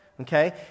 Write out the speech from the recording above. okay